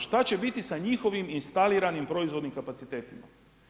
Šta će biti sa njihovim instaliranim proizvodnim kapacitetima?